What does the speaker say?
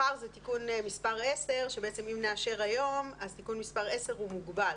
מחר זה תיקון מספר 10 שאם נאשר היום אז תיקון מספר 10 הוא מוגבל,